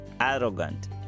arrogant